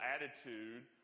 attitude